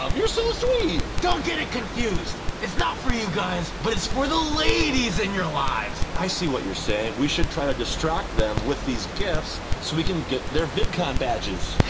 you're so sweet. don't get it confused. it's not for you guys, but it's for the ladies in your lives. i see what your saying. we should try to distract them with these gifts so we can get their vidcon badges.